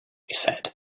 said